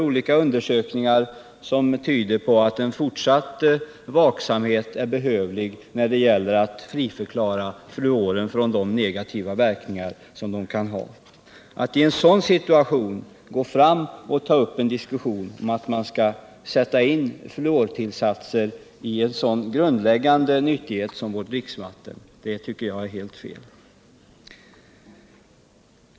Olika undersökningar tyder på att en fortsatt vaksamhet är behövlig när det gäller att friförklara fluoren från de negativa verkningar den kan ha. Att i en sådan situation ta upp en diskussion om fluortillsats till en så grundläggande nyttighet som vårt dricksvatten tycker jag är helt fel.